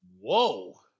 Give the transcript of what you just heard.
Whoa